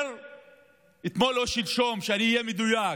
אתמול או שלשום, שאני אהיה מדויק,